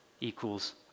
equals